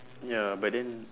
ya but then